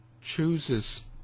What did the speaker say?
chooses